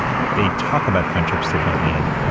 ah they talk about friendships differently and,